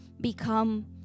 become